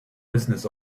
business